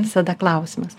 visada klausimas